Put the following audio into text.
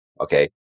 Okay